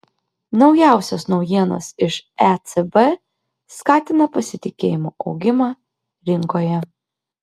naujausios naujienos iš ecb skatina pasitikėjimo augimą rinkoje